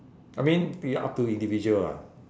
I mean be up to individual lah